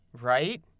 right